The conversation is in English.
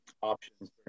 options